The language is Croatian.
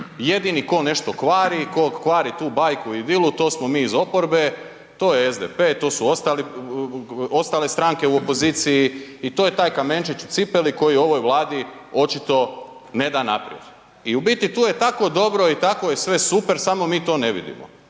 Jedini ko nešto kvari, ko kvari tu bajku i idilu to smo mi iz oporbe, to je SDP to su ostale stranke u opoziciji i to je taj kamenčić u cipeli koji ovoj Vladi očito ne da naprijed. I u biti tu je tako dobro i tako je sve super amo mi to ne vidimo.